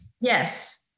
Yes